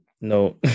No